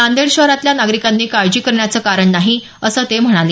नांदेड शहरातल्या नागरिकांनी काळजी करण्याचं कारण नाही असं ते म्हणाले